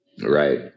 Right